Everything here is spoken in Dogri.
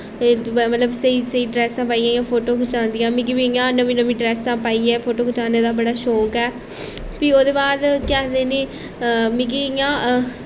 दूआ मतलब स्हेई स्हेई ड्रैसां पाइयै इ'यां फोटो खचांदियां मिगी बी इ'यां नमीं नमीं ड्रैसां पाइयै फोटो खचाने दा बड़ा शौंक ऐ फ्ही ओह्दे बाद केह् आखदे नी मिगी इ'यां